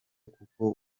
kuko